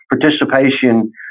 participation